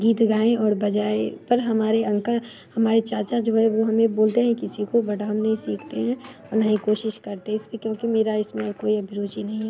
गीत गएं और बजाएं पर हमारे अंकल हमारे चाचा जो हैं वो हमें बोलते हैं किसी को बट हम नहीं सीखते हैं उन्हें कोशिश करते इसकी क्योंकि मेरा इस में कोई अभी रूचि नहीं है